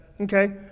Okay